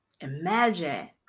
imagine